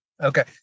Okay